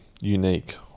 unique